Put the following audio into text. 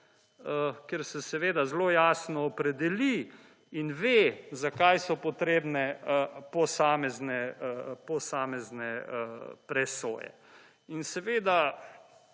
kjer se seveda zelo jasno opredeli in ve zakaj so potrebne posamezne presoje. In seveda